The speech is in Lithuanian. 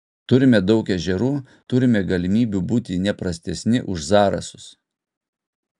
turime daug ežerų turime galimybių būti ne prastesni už zarasus